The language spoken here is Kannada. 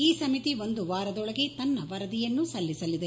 ಈ ಸಮಿತಿ ಒಂದು ವಾರದೊಳಗೆ ತನ್ನ ವರದಿಯನ್ನು ಸಲ್ಲಿಸಲಿದೆ